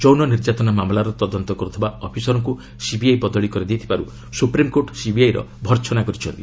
ଯୌନ ନିର୍ଯାତନା ମାମଲାର ତଦନ୍ତ କରୁଥିବା ଅଫିସରଙ୍କୁ ସିବିଆଇ ବଦଳି କରିଥିବାରୁ ସୁପ୍ରିମକୋର୍ଟ ସିବିଆଇର ଭର୍ସନା କରିଛନ୍ତି